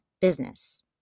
business